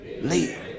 Live